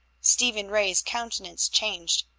stephen ray's countenance changed.